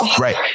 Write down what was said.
Right